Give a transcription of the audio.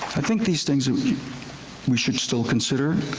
i think these things, we should still consider,